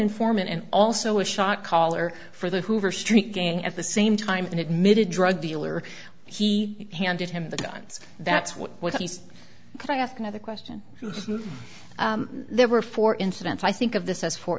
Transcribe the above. informant and also a shock collar for the hoover street gang at the same time an admitted drug dealer he handed him the guns that's what with east can i ask another question there were four incidents i think of this as for